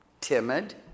timid